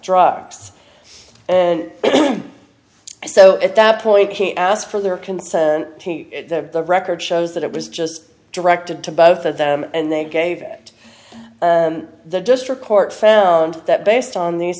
drugs and so at that point he asked for their concern the record shows that it was just directed to both of them and they gave it and the district court found that based on these